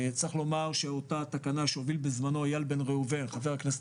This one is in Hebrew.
צריך לומר שאותה תקנה שהוביל בזמנו חבר הכנסת